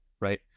right